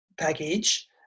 package